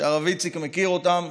הרב איציק מכיר אותם,